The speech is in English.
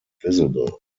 visible